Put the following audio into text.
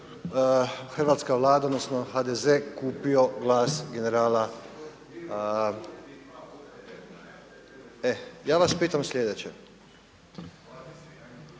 hrvatska Vlada, odnosno HDZ kupio glas generala. E ja vas pitam sljedeće. Ja sam